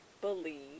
believe